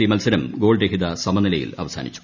C മത്സരം goal രഹിത സമനിലയിൽ അവസാനിച്ചു